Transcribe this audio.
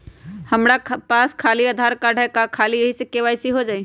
हमरा पास खाली आधार कार्ड है, का ख़ाली यही से के.वाई.सी हो जाइ?